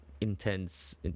Intense